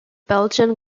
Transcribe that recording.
belgian